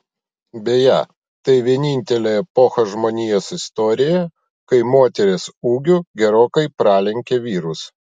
beje tai vienintelė epocha žmonijos istorijoje kai moterys ūgiu gerokai pralenkė vyrus